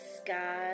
sky